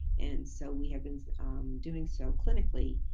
and so we have been doing so clinically.